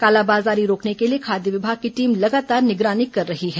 कालाबाजारी रोकने के लिए खाद्य विभाग की टीम लगातार निगरानी कर रही है